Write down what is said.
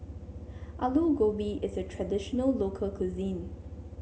Aloo Gobi is a traditional local cuisine